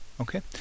Okay